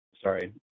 sorry